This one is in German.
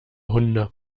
hunde